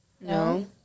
No